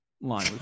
line